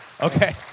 Okay